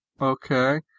Okay